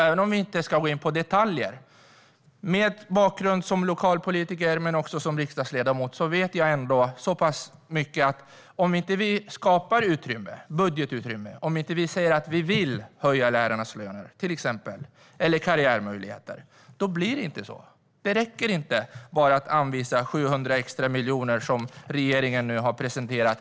Med min bakgrund som lokalpolitiker och som riksdagsledamot vet jag ändå så pass mycket att om vi inte skapar budgetutrymme och inte säger att vi vill öka lärarnas löner eller karriärmöjligheter, då blir det inte så. Det räcker inte bara med att anvisa 700 extra miljoner som regeringen nu har presenterat.